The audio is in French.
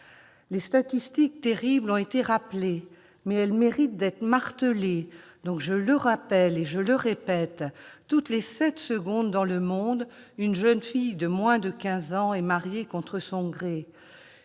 Les statistiques terribles ont été rappelées, mais elles méritent d'être martelées : toutes les sept secondes dans le monde, une jeune fille de moins de 15 ans est mariée contre son gré